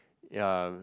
yeah